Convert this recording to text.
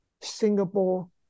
Singapore